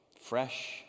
fresh